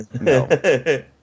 No